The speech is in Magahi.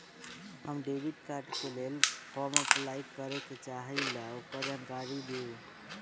हम डेबिट कार्ड के लेल फॉर्म अपलाई करे के चाहीं ल ओकर जानकारी दीउ?